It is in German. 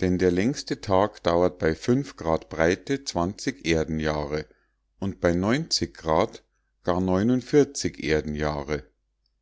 denn der längste tag dauert bei grad breite erdenjahre und bei grad